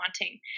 wanting